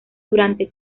durante